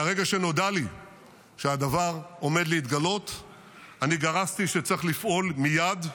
מהרגע שנודע לי שהדבר עומד להתגלות אני גרסתי שצריך לפעול מייד.